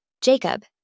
Jacob